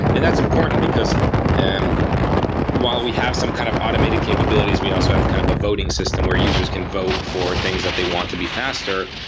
and that's important, because and while we have some kind of automated capabilities, we also have kind of a voting system where users can vote for things that they want to be faster.